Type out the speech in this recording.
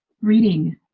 reading